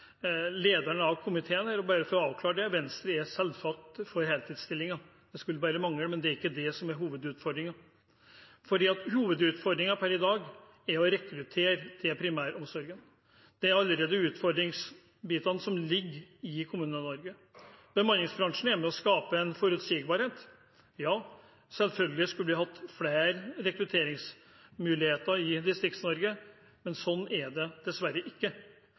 komiteen. Jeg vil bare få avklare at Venstre selvsagt er for heltidsstillinger. Det skulle bare mangle, men det er ikke det som er hovedutfordringen – hovedutfordringen per i dag er å rekruttere til primæromsorgen. Det er allerede utfordringsbiten som ligger i Kommune-Norge. Bemanningsbransjen er med på å skape en forutsigbarhet, ja, selvfølgelig skulle vi hatt flere rekrutteringsmuligheter i Distrikts-Norge, men sånn er det dessverre ikke.